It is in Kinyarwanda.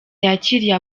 yakiriye